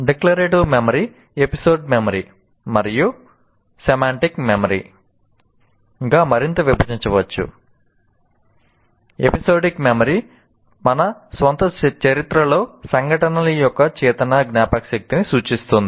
declarative మెమరీని మన స్వంత చరిత్రలోని సంఘటనల యొక్క చేతన జ్ఞాపకశక్తిని సూచిస్తుంది